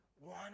one